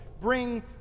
Bring